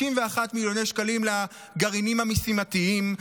51 מיליון שקלים לגרעינים המשימתיים,